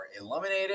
eliminated